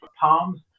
palms